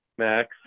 Max